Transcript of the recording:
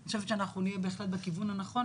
אני חושבת שאנחנו באמת נהיה בכיוון הנכון,